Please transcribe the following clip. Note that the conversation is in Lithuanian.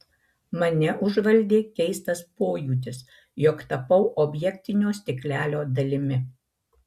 mane užvaldė keistas pojūtis jog tapau objektinio stiklelio dalimi